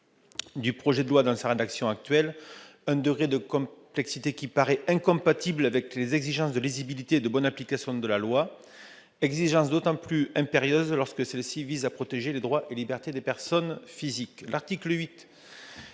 du projet de loi en sa rédaction actuelle un degré de complexité qui paraît incompatible avec les exigences de lisibilité et de bonne application de la loi, exigences d'autant plus impérieuses lorsque celle-ci vise à protéger les droits et libertés des personnes physiques. L'article 8